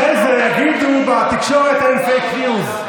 אחרי זה יגידו בתקשורת: אין פייק ניוז.